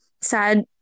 sad